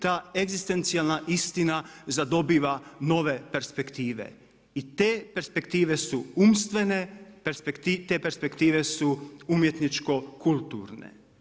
Ta egzistencijalna istina zadobiva nove perspektive i te perspektive su umstvene, te perspektive su umjetničko-kulturne.